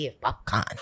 popcorn